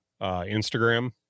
Instagram